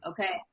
Okay